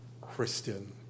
Christian